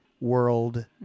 world